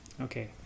Okay